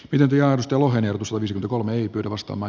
pidentyjaosto lohdutus olisi kolme jypyr vastaava